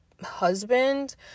husband